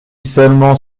seulement